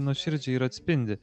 nuoširdžiai ir atspindi